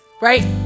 right